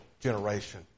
generation